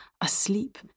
asleep